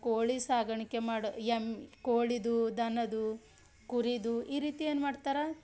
ಕೋಳಿ ಸಾಕಾಣಿಕೆ ಮಾಡೊ ಎಮ್ ಕೋಳಿದ್ದು ದನದ್ದು ಕುರಿದ್ದು ಈ ರೀತಿ ಏನು ಮಾಡ್ತಾರೆ